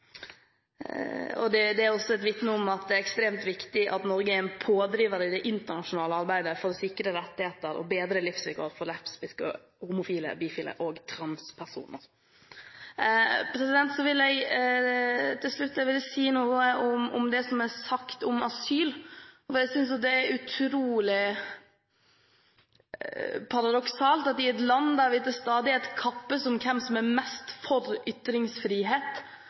Det vitner også om at det er ekstremt viktig at Norge er en pådriver i det internasjonale arbeidet for å sikre rettigheter og bedre livsvilkår for lesbiske, homofile, bifile og transpersoner. Til slutt vil jeg si noe i forbindelse med det som er sagt om asyl. Jeg synes det er utrolig paradoksalt at i et land der vi til stadighet kappes om hvem som er mest for ytringsfrihet,